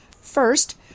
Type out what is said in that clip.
First